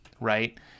right